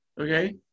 okay